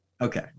Okay